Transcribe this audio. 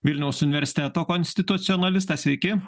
vilniaus universiteto konstitucionalistas sveiki